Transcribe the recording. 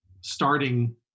starting